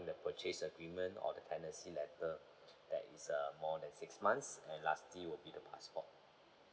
the purchase agreement or the tenancy letter that is um more than six months and lastly would be the passport